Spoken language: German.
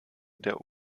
der